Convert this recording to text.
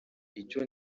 icyo